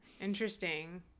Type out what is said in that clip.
Interesting